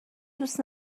دوست